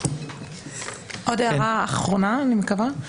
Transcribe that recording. עוד הערה אחרונה, אני מקווה.